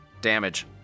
damage